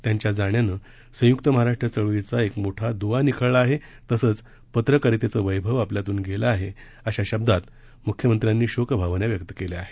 त्यांच्या जाण्यानं संयुक्त महाराष्ट्र चळवळीचा एक मोठा दुवा निखळला आहे तसंच पत्रकारितेचं वैभव आपल्यातून गेलं आहे अशा शब्दांत मुख्यमंत्र्यांनी शोक भावना व्यक्त केल्या आहेत